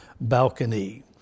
balcony